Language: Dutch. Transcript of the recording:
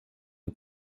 een